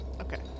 Okay